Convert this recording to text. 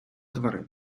тварин